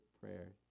prayer